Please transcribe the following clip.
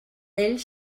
ell